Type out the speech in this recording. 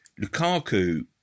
Lukaku